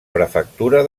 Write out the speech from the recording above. prefectura